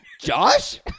Josh